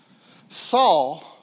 Saul